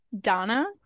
Donna